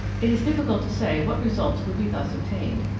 it is difficult to say what results would be thus obtained.